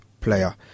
player